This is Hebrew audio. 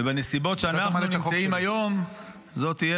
ובנסיבות שאנחנו נמצאים היום זו תהיה